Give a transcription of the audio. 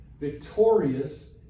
victorious